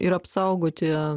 ir apsaugoti